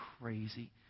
crazy